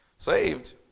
Saved